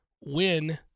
win